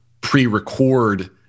pre-record